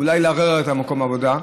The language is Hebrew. אולי לערער לה את מקום העבודה,